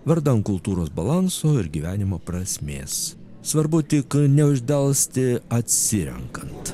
vardan kultūros balanso ir gyvenimo prasmės svarbu tik neuždelsti atsirenkant